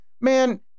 man